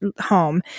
Home